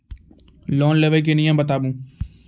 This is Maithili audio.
लोन लेबे के नियम बताबू?